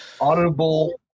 audible